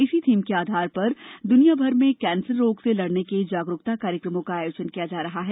इसी थीम के आधार पर दुनियाभर में कैंसर रोग से लड़ने के जागरुकता कार्यक्रमों का आयोजन किया जा रहा है